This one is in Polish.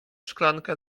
szklankę